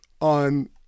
on